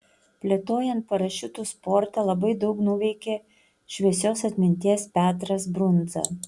plėtojant parašiutų sportą labai daug nuveikė šviesios atminties petras brundza